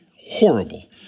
horrible